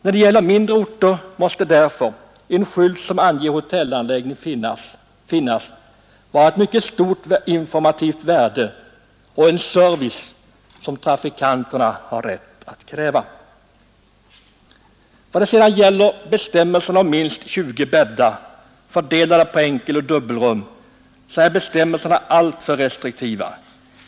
När det gäller mindre orter måste därför en skylt som anger att hotellanläggning finns vara av mycket stort informativt värde och en service som trafikanterna har rätt att kräva. I vad sedan gäller bestämmelserna om minst 20 bäddar, fördelade på enkeloch dubbelrum, är de alltför restriktiva.